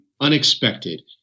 unexpected